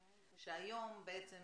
שלום רב, בוקר טוב.